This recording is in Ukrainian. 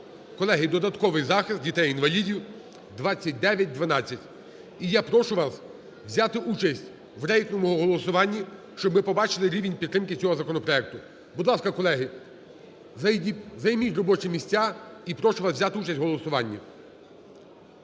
Колеги, додатковий захист дітей-інвалідів (2912). І я прошу вас взяти участь в рейтинговому голосуванні, щоб ми побачили рівень підтримки цього законопроекту. Будь ласка, колеги, займіть робочі місця і прошу вас взяти участь у голосуванні.